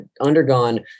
undergone